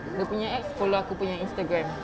dia punya ex follow aku punya instagram